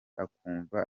akumva